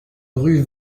rue